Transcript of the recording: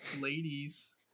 ladies